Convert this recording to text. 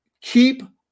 keep –